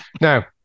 now